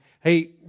Hey